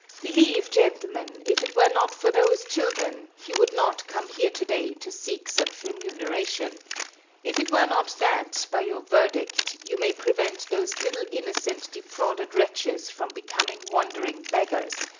believe, gentlemen, if it were not for those children, he would not come here to-day to seek such remuneration if it were not that, by your verdict, you may prevent those little innocent defrauded wretches from becoming wandering beggars,